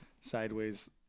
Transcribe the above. sideways